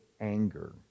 anger